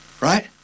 Right